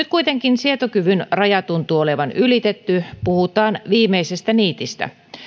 kuitenkin sietokyvyn raja tuntuu olevan ylitetty puhutaan viimeisestä niitistä